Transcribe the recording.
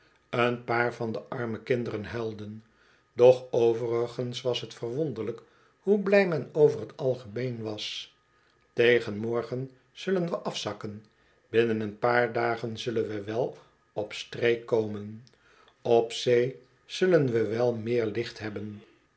een paar van de arme kinderen huilden doch overigens was t verwonderlijk hoe blij men over t algemeen was tegen morgen zullen we afzakken binnen een paar dagen zullen we wel op streek komen op zee zullen we wel meer licht hebben